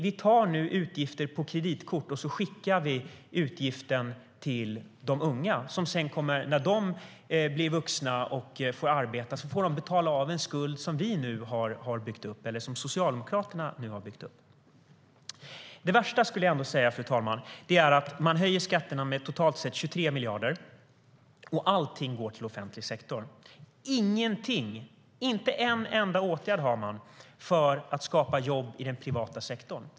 Vi tar nu utgifterna på kreditkort och skickar dem till de unga, som när de blir vuxna och arbetar får betala av den skuld som Socialdemokraterna har byggt upp. Det värsta skulle jag ändå säga, fru talman, är att man höjer skatterna med totalt sett 23 miljarder och att allting går till offentlig sektor. Ingenting, inte en enda åtgärd, har man för att skapa jobb i den privata sektorn.